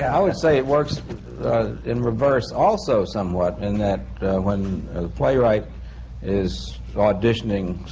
i would say it works in reverse, also, somewhat in that when a playwright is auditioning,